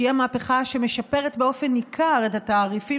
שהיא מהפכה שמשפרת באופן ניכר את התעריפים